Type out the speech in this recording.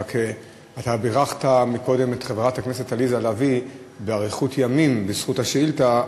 אתה בירכת קודם את חברת הכנסת עליזה לביא באריכות ימים בזכות השאילתה,